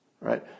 right